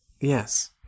Yes